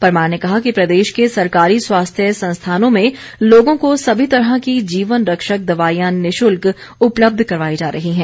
परमार ने कहा कि प्रदेश के सरकारी स्वास्थ्य संस्थानों में लोगों को सभी तरह की जीवन रक्षक दवाईयां निशुल्क उपलब्ध करवाई जा रही हैं